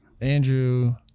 Andrew